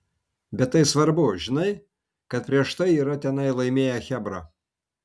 bet tai svarbu žinai kad prieš tai yra tenai laimėję chebra